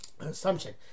assumption